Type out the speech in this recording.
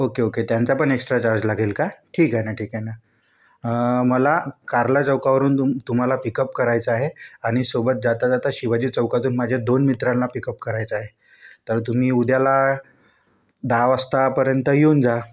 okay okay त्यांचा पण extra charge लागेला का ठीक आहे ना ठीक आहे ना मला कारला चौकावरून तुम्हाला पिकअप करायचं आहे आणि सोबत जाता जाता शिवाजी चौकातून माझ्या दोन मित्रांना पिकअप करायचं आहे तर तुम्ही उद्याला दहा वाजतापर्यंत येऊन जा